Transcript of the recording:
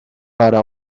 para